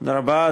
תודה רבה.